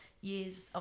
years